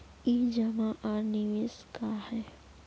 ई जमा आर निवेश का है?